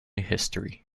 history